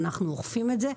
אנחנו אוכפים את זה,